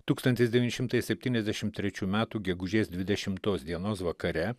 tūkstantis devyni šimtai septyniasdešim trečių metų gegužės dvidešimtos dienos vakare